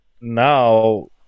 Now